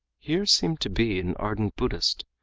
here seemed to be an ardent buddhist.